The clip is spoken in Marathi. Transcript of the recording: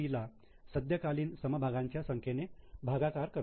ला सद्यकालीन समभागांच्या संख्येने भागाकार करतो